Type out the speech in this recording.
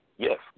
Yes